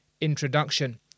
introduction